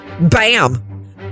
BAM